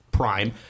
prime